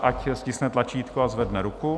Ať stiskne tlačítko a zvedne ruku.